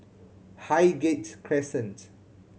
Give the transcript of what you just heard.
Highgate Crescent